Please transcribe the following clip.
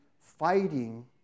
fighting